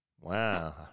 Wow